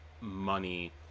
money